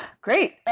Great